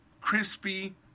crispy